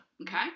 Okay